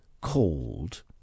called